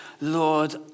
Lord